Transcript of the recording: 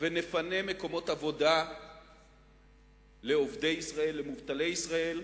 ונפנה מקומות עבודה לעובדי ישראל, למובטלי ישראל,